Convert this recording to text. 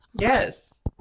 Yes